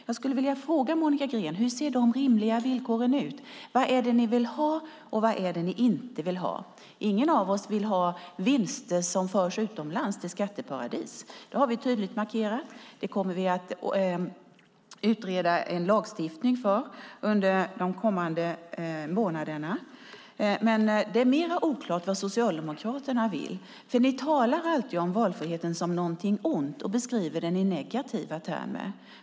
Jag skulle vilja fråga Monica Green: Hur ser dessa rimliga villkor ut? Vad är det ni vill ha, och vad är det ni inte vill ha? Ingen av oss vill ha vinster som förs utomlands till skatteparadis. Det har vi tydligt markerat, och det kommer vi att utreda en lagstiftning för under de kommande månaderna. Men det är mer oklart vad Socialdemokraterna vill. Ni talar alltid om valfriheten som någonting ont och beskriver den i negativa termer.